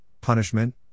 punishment